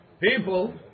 people